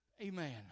Amen